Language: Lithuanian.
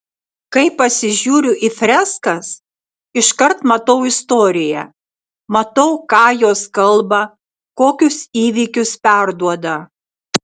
kai pasižiūriu į freskas iškart matau istoriją matau ką jos kalba kokius įvykius perduoda